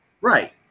Right